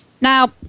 Now